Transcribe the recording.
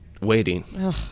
waiting